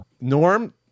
Norm